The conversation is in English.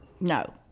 No